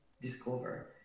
discover